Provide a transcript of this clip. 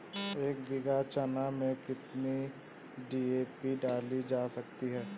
एक बीघा चना में कितनी डी.ए.पी डाली जा सकती है?